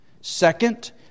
second